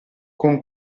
con